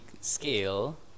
scale